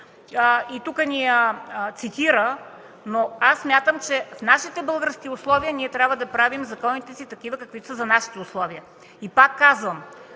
и тук ни я цитира, но аз смятам, че в нашите български условия ние трябва да правим законите си такива каквито са за нашите условия. И пак казвам